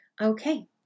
Okay